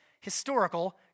historical